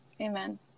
Amen